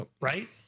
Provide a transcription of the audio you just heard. right